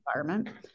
environment